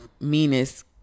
meanest